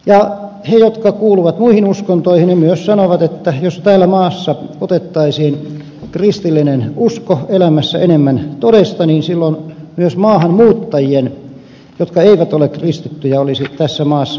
ne jotka kuuluvat muihin uskontoihin myös sanovat että jos tässä maassa otettaisiin kristillinen usko elämässä enemmän todesta silloin myös maahanmuuttajien jotka eivät ole kristittyjä olisi tässä maassa parempi elää